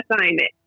assignment